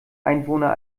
einwohner